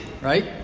right